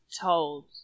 told